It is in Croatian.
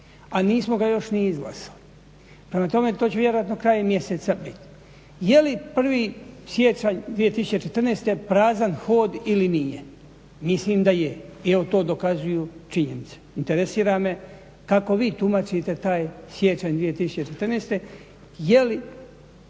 a nismo ga još ni izglasali. Prema tome to će vjerojatno krajem mjeseca biti. Je li 1. siječanj 2014. prazan hod ili nije? Mislim da nije i evo to dokazuju činjenice. Interesira me kako vi tumačite taj siječanj 2014.,